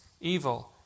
evil